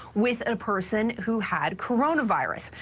with a person who had coronavirus.